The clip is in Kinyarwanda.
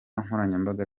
nkoranyambaga